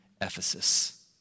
Ephesus